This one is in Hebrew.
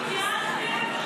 התייאשתם?